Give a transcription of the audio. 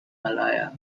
malaya